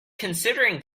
considering